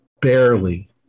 barely